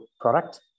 product